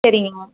சரிங்க